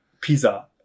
pizza